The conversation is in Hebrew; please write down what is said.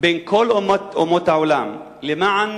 בין כל אומות העולם, למען